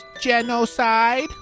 genocide